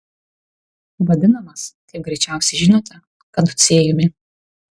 vadinamas kaip greičiausiai žinote kaducėjumi